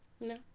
No